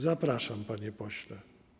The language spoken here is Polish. Zapraszam, panie pośle.